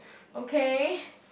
okay